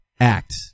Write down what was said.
act